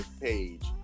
page